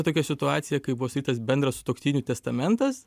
tokia situacija kai buvo sudarytas bendras sutuoktinių testamentas